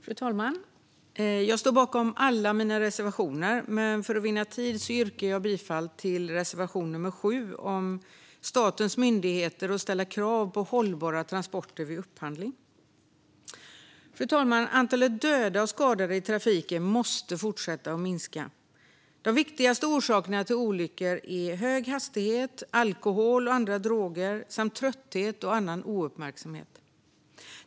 Fru talman! Jag står bakom alla mina reservationer, men för att vinna tid yrkar jag bifall endast till reservation nummer 7 om att statens myndigheter ska ställa krav på hållbara transporter vid upphandling. Fru talman! Antalet döda och skadade i trafiken måste fortsätta att minska. De viktigaste orsakerna till olyckor är hög hastighet, alkohol och andra droger samt trötthet och annan ouppmärksamhet.